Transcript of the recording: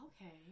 Okay